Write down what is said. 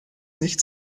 nicht